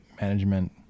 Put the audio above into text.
management